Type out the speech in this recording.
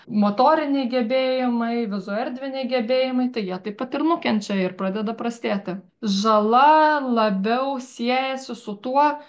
motoriniai gebėjimai vizuerdviniai gebėjimai tai jie taip pat ir nukenčia ir pradeda prastėti žala labiau siejasi su tuo